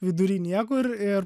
vidury niekur ir